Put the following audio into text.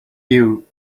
you